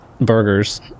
burgers